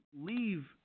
leave